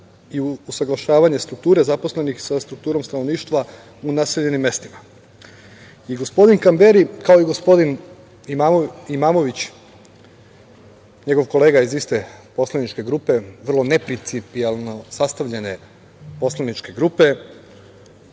i usaglašavanje strukture zaposlenih sa strukturom stanovništva u naseljenim mestima. Gospodin Kamberi, kao i gospodin Imamović, njegov kolega iz iste poslaničke grupe, vrlo neprincipijelno sastavljene poslaničke grupe,